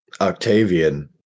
Octavian